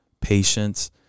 patience